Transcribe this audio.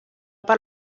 per